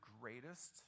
greatest